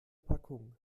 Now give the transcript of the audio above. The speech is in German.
packung